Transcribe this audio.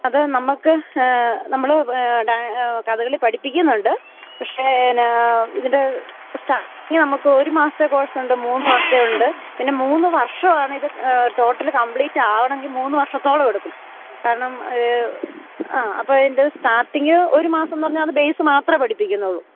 അത് നമ്മള്ക്ക് നമ്മള് കഥകളി പഠിപ്പിക്കുന്നുണ്ട് പക്ഷേ ഇതിൻ്റെ സ്റ്റാര്ട്ടിങ്ങ് നമ്മള്ക്ക് ഒരു മാസത്തെ കോഴ്സുണ്ട് മൂന്ന് മാസത്തെയുണ്ട് പിന്നെ മൂന്ന് വർഷമാണിത് ടോട്ടല് കംപ്ലീറ്റാവണമെങ്കില് മൂന്ന് വർഷത്തോളം എടുക്കും കാരണം ആ അപ്പോള് അതിൻ്റെ സ്റ്റാർട്ടിങ്ങ് ഒരു മാസമെന്നു പറഞ്ഞ അത് ബെയ്സ് മാത്രമേ പഠിപ്പിക്കുന്നുള്ളൂ